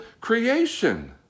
creation